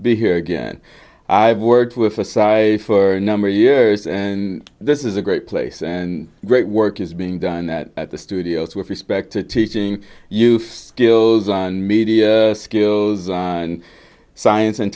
be here again i've worked with for size for a number of years and this is a great place and great work is being done that at the studios with respect to teaching use gill's and media skills and science and